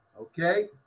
Okay